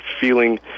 feeling